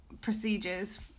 procedures